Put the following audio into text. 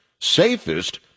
safest